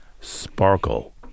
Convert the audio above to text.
Sparkle